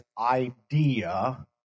idea